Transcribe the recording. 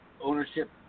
ownership